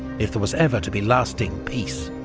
if there was ever to be lasting peace.